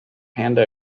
panda